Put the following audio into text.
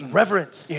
reverence